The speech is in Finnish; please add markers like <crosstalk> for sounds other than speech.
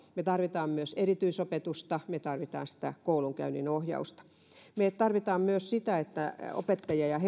me tarvitsemme myös erityisopetusta me tarvitsemme koulunkäynninohjausta me tarvitsemme myös sitä että opettajat ja <unintelligible>